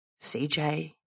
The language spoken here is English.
CJ